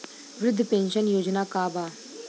वृद्ध पेंशन योजना का बा?